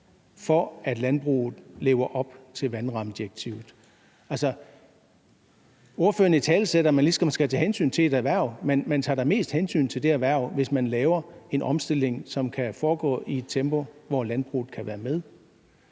for at landbruget lever op til vandrammedirektivet, bliver temmelig hårdhændet. Altså, ordføreren italesætter, at man skal tage hensyn til et erhverv, men man tager da mest hensyn til det erhverv, hvis man laver en omstilling, som kan foregå i et tempo, hvor landbruget kan være med.